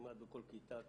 כמעט בכל כיתה,